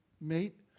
mate